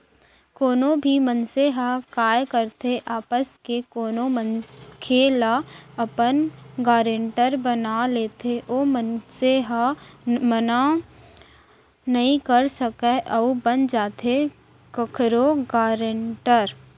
कोनो भी मनसे ह काय करथे आपस के कोनो मनखे ल अपन गारेंटर बना लेथे ओ मनसे ह मना नइ कर सकय अउ बन जाथे कखरो गारेंटर